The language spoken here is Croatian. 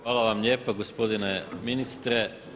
Hvala vam lijepa gospodine ministre.